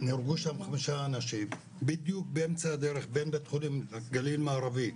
שנהרגו שם 5 אנשים בדיוק באמצע הדרך בין בית חולים גליל מערבי